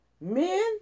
Men